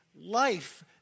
life